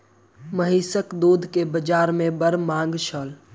महीसक दूध के बाजार में बड़ मांग छल